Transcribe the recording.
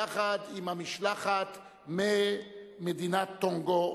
יחד עם המשלחת ממדינת טונגה,